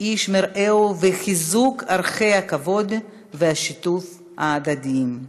איש מרעהו וחיזוק ערכי הכבוד והשיתוף ההדדיים.